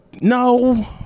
No